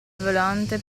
volante